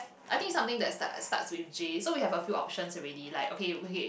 I think something that start starts with J so we have a few options already like okay okay